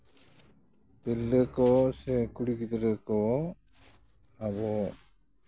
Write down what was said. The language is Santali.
ᱛᱤᱨᱞᱟᱹ ᱠᱚ ᱥᱮ ᱠᱩᱲᱤ ᱜᱤᱫᱽᱨᱟᱹ ᱠᱚ ᱟᱵᱚ